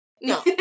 No